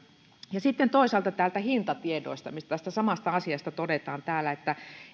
sitten toisaalta hintatiedoista missä tästä samasta asiasta todetaan täällä että